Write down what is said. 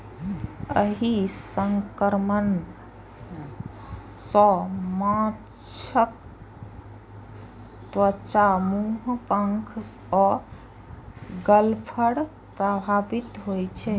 एहि संक्रमण सं माछक त्वचा, मुंह, पंख आ गलफड़ प्रभावित होइ छै